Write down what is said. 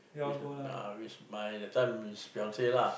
we should uh which my that time is fiancee lah